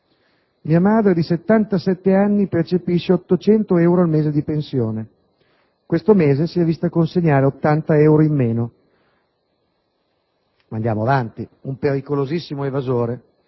«Mia madre di 77 anni percepisce 800 euro al mese di pensione. Questo mese si è vista consegnare 80 euro in meno». Andiamo avanti. Si trattava di un pericolosissimo evasore.